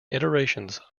iterations